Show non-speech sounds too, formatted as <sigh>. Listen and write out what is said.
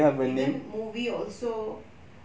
even movie also <breath>